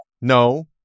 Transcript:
No